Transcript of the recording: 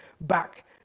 back